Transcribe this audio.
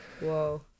Whoa